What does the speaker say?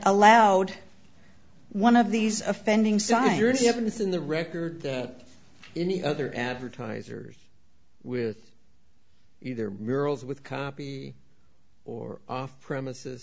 allowed one of these offending signs the evidence in the record that any other advertisers with either murals with copy or off premises